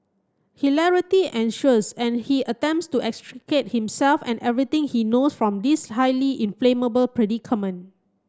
hilarity ensures and he attempts to extricate himself and everything he know from this highly inflammable predicament